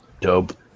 Dope